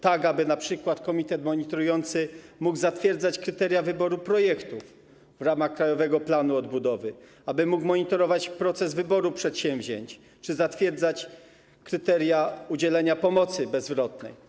Tak aby np. komitet monitorujący mógł zatwierdzać kryteria wyboru projektów w ramach Krajowego Planu Odbudowy, aby mógł monitorować proces wyboru przedsięwzięć czy zatwierdzać kryteria udzielenia pomocy bezzwrotnej.